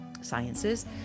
Sciences